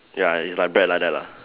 ya is like bag like that lah